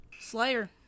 slayer